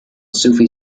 sufi